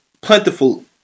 plentiful